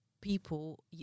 people